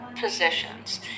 positions